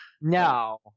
No